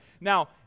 Now